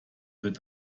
wird